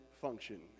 function